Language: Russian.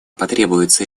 потребуется